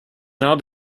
now